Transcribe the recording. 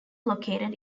located